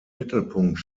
mittelpunkt